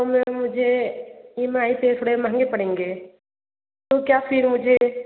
तो मैम मुझे E M I पर थोड़े महंगे पड़ेंगे तो क्या फिर मुझे